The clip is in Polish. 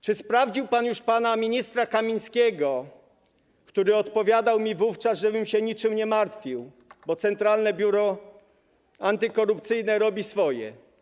Czy sprawdził pan już pana ministra Kamińskiego, który odpowiadał mi wówczas, żebym się niczym nie martwił, bo Centralne Biuro Antykorupcyjne robi swoje?